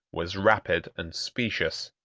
was rapid and specious.